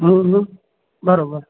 बराबरि